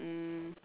um